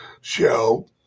show